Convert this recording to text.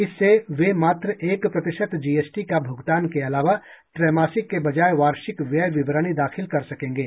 इससे वे मात्र एक प्रतिशत जीएसटी का भूगतान के अलावा त्रैमासिक के बजाय वार्षिक व्यय विवरणी दाखिल कर सकेंगे